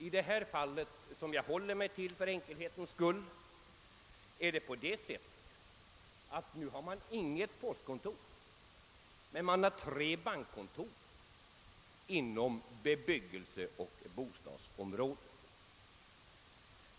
I detta: fall som jag håller mig till för enkelhetens skull har man nu inget postkontor men man har tre bankkontor inom bebyggelseoch bostadsområdet.